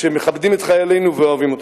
שמכבדים את חיילינו ואוהבים אותם.